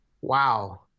Wow